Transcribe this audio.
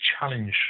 challenge